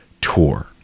tour